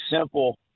simple